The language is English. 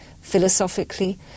philosophically